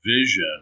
vision